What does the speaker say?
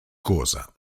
cosa